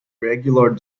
regular